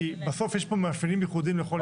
כי בסוף יש פה מאפיינים יחודיים לכל רשות.